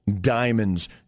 diamonds